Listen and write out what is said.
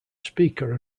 speaker